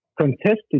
contested